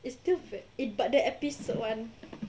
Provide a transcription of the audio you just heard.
it's still it but the episode one